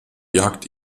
jagt